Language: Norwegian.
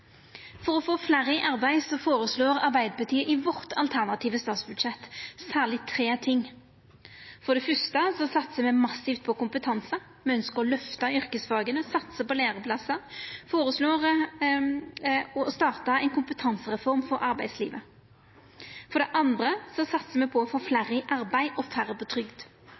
For å få fleire i arbeid føreslår Arbeidarpartiet i sitt alternative statsbudsjett særleg tre ting. For det fyrste satsar me massivt på kompetanse. Me ynskjer å lyfta yrkesfaga og satsa på læreplassar og føreslår å starta ei kompetansereform for arbeidslivet. For det andre satsar me på å få fleire i arbeid og færre på trygd.